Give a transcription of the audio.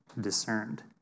discerned